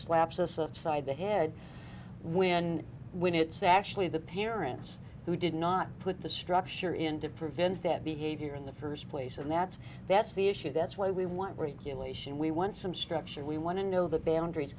slaps us upside the head when when it's actually the parents who did not put the structure in to prevent that behavior in the first place and that's that's the issue that's why we want regeneration we want some structure we want to know the b